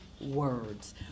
words